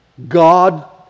God